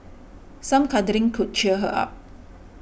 some cuddling could cheer her up